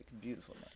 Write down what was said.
Beautiful